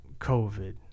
COVID